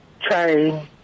try